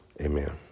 Amen